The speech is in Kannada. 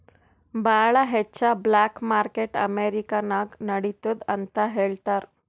ಭಾಳ ಹೆಚ್ಚ ಬ್ಲ್ಯಾಕ್ ಮಾರ್ಕೆಟ್ ಅಮೆರಿಕಾ ನಾಗ್ ನಡಿತ್ತುದ್ ಅಂತ್ ಹೇಳ್ತಾರ್